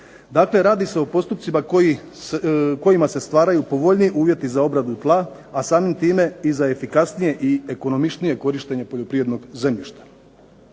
Dakle radi se o postupcima kojima se stvaraju povoljniji uvjeti za obradu tla, a samim time i za efikasnije i ekonomičnije korištenje poljoprivrednog zemljišta.